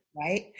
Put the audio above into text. Right